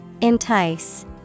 Entice